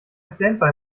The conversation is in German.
standby